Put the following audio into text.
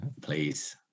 please